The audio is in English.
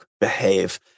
behave